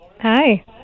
Hi